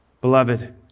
Beloved